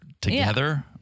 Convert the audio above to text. together